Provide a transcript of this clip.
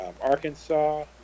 Arkansas